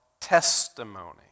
Testimony